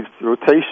rotation